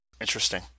Interesting